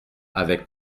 avec